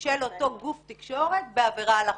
של אותו גוף תקשורת בעבירה על החוק.